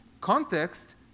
context